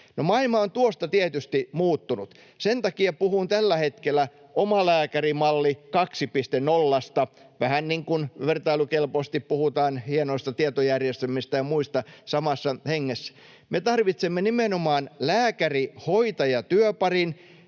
maailma on tuosta tietysti muuttunut. Sen takia puhun tällä hetkellä omalääkärimalli 2.0:sta, vähän niin kuin vertailukelpoisesti puhutaan hienoista tietojärjestelmistä ja muista samassa hengessä. Me tarvitsemme nimenomaan lääkäri—hoitaja-työparin,